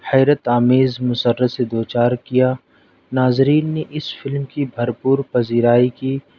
حیرت آمیز مسرت سے دو چار کیا ناظرین نے اس فلم کی بھر پور پزیرائی کی